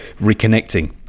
reconnecting